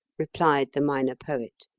replied the minor poet.